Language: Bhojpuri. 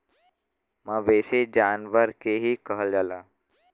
मवेसी जानवर के ही कहल जाला